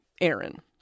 aaron